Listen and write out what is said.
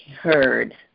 heard